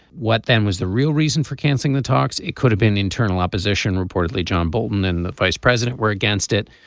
what then was the real reason for canceling the talks. it could have been internal opposition reportedly john bolton and the vice president were against it.